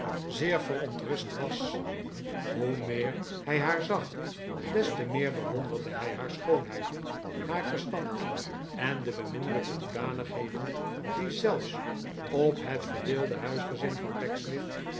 zeer verontrustend was hoe meer hij haar zag des te meer bewonderde hij haar schoonheid haar verstand en de beminnelijke hoedanigheden die zelfs op het verdeelde huisgezin van